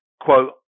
quote